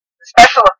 special